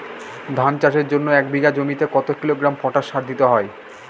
ধান চাষের জন্য এক বিঘা জমিতে কতো কিলোগ্রাম পটাশ সার দিতে হয়?